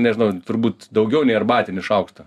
nežinau turbūt daugiau nei arbatinį šaukštą